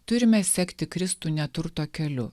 turime sekti kristų neturto keliu